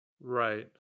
Right